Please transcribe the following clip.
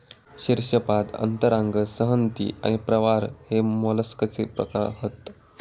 शीर्शपाद अंतरांग संहति आणि प्रावार हे मोलस्कचे प्रकार हत